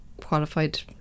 qualified